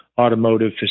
automotive